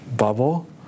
bubble